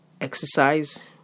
Exercise